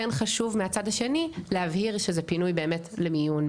כן חשוב מהצד השני להבהיר שזה באמת פינוי למיון.